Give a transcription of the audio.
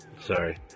Sorry